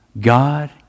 God